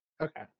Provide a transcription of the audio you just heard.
Okay